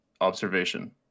observation